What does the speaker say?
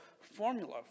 formula